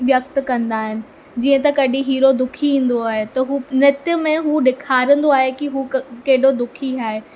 व्यक्त कंदा आहिनि जीअं त कॾहिं हीरो दुखी हूंदो आहे त हू नृत्य में हू ॾेखारंदो आहे की हू क केॾो दुखी आहे